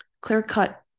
clear-cut